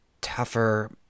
tougher